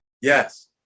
Yes